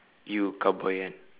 you cowboy kan